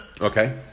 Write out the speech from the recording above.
Okay